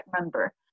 member